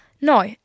No